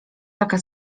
taka